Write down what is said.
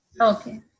Okay